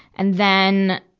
and then,